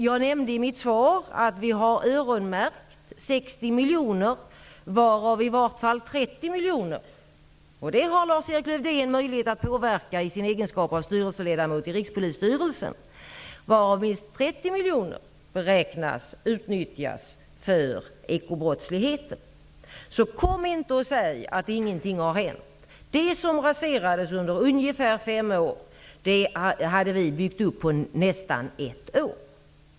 Jag nämnde också i mitt svar att vi har öronmärkt 60 miljoner, varav i varje fall minst 30 miljoner -- och det har Lars-Erik Lövdén möjlighet att påverka i sin egenskap av styrelseledamot i Rikspolisstyrelsen -- beräknas bli utnyttjade i arbetet mot ekobrottsligheten. Kom alltså inte och säg att ingenting har hänt! Det som raserades under en period av ungefär fem år byggde vi upp på bara nästan ett år.